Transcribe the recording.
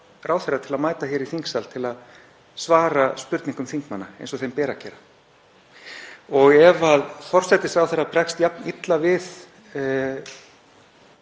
ráðherra til að mæta hér í þingsal til að svara spurningum þingmanna eins og þeim ber að gera og ef forsætisráðherra bregst jafn illa við